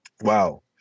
Wow